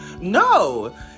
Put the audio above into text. no